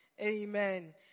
Amen